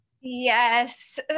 Yes